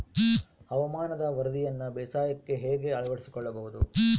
ಹವಾಮಾನದ ವರದಿಯನ್ನು ಬೇಸಾಯಕ್ಕೆ ಹೇಗೆ ಅಳವಡಿಸಿಕೊಳ್ಳಬಹುದು?